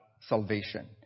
Salvation